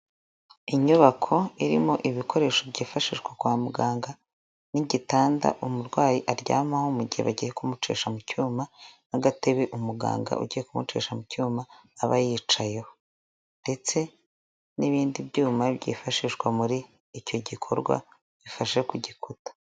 Inyubako irimo ibikoresho byifashishwa kwa muganga n'igitanda umurwayi aryamaho mu gihe bagiye kumucisha mu cyuma n'agatebe umuganga ugiye kumucisha mu cyuma aba yicayeho, ndetse n'ibindi byuma byifashishwa muri icyo gikorwa bifashe ku gikuta.